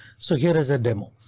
so here is a demo.